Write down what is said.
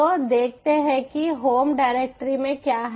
तो देखते हैं कि होम डायरेक्टरी में क्या है